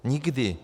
Nikdy.